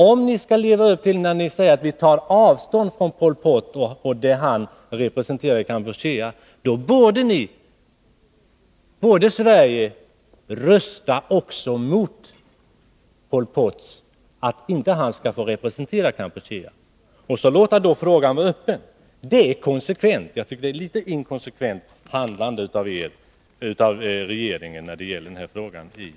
Om ni skall leva upp till talet om att ni tar avstånd från Pol Pot och det han representerar i Kampuchea, borde Sverige också rösta mot att han skulle företräda landet och så låta frågan vara öppen. Det vore konsekvent. Jag tycker att regeringens handlande i FN i den här frågan är inkonsekvent.